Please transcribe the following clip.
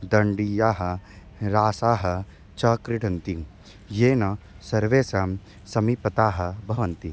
दण्डियाः रासाः च क्रीडन्ति येन सर्वेषां समीपतः भवन्ति